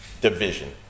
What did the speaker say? division